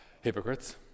hypocrites